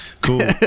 Cool